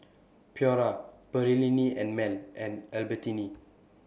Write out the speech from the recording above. Pura Perllini and Mel and Albertini